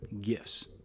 gifts